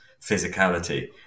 physicality